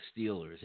Steelers